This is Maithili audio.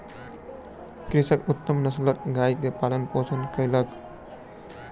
कृषक उत्तम नस्लक गाय के पालन पोषण कयलक